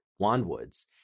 wandwoods